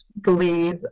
believe